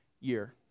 year